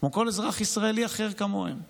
כמו כל אזרח ישראלי אחר כמוהם.